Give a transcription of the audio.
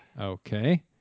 Okay